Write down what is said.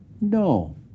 No